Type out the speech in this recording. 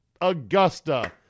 Augusta